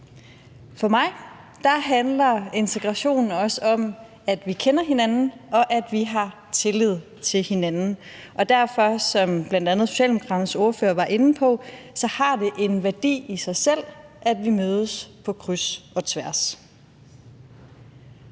For mig handler integration også om, at vi kender hinanden, og at vi har tillid til hinanden, og derfor har det, som bl.a. Socialdemokraternes ordfører var inde på, en værdi i sig selv, at vi mødes på kryds og tværs.